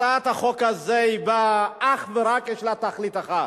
הצעת החוק הזו באה אך ורק, יש לה תכלית אחת: